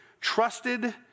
trusted